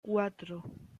cuatro